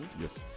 Yes